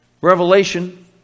revelation